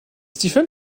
stefan